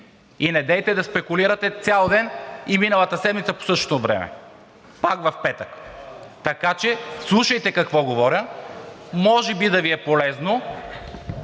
Недейте да спекулирате цял ден и миналата седмица по същото време – пак в петък. Така че слушайте какво говоря, може би да Ви е полезно.